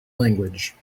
language